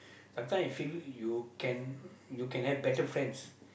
sometime I feel you can you can have better friends